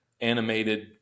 animated